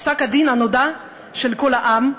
פסק-הדין הנודע של "קול העם"